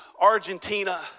Argentina